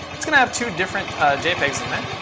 it's going to have two different jpegs in there.